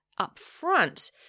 upfront